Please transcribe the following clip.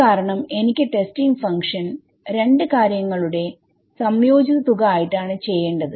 കാരണം എനിക്ക് testing function രണ്ട് കാര്യങ്ങളുടെ സംയോജിത തുക ആയിട്ടാണ് ചെയ്യേണ്ടത്